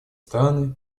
страны